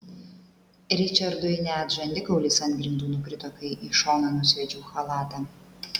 ričardui net žandikaulis ant grindų nukrito kai į šoną nusviedžiau chalatą